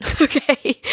Okay